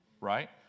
Right